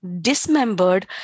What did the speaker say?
dismembered